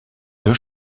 deux